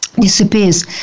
disappears